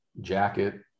jacket